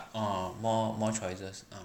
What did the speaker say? orh more more choices ah